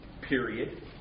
period